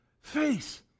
Face